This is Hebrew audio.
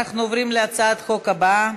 אנחנו עוברים להצעת החוק הבאה,